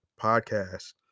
Podcast